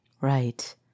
Right